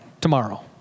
tomorrow